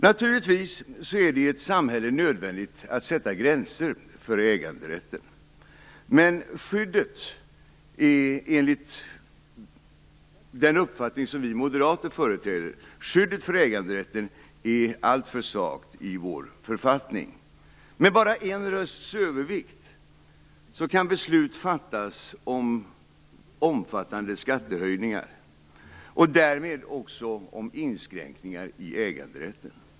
Naturligtvis är det i ett samhälle nödvändigt att sätta gränser för äganderätten. Men skyddet för äganderätten är, enligt den uppfattning som vi moderater företräder, alltför svagt i vår författning. Med bara en rösts övervikt kan beslut fattas om omfattande skattehöjningar och därmed också om inskränkningar i äganderätten.